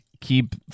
keep